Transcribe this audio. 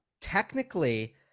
technically